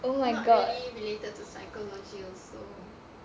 not really related to psychology also